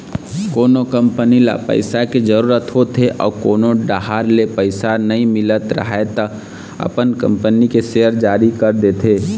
कोनो कंपनी ल पइसा के जरूरत होथे अउ कोनो डाहर ले पइसा नइ मिलत राहय त अपन कंपनी के सेयर जारी कर देथे